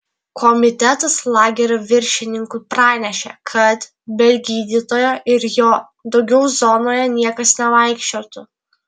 komitetas lagerio viršininkui pranešė kad be gydytojo ir jo daugiau zonoje niekas nevaikščiotų